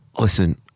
listen